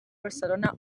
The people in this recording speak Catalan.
barcelona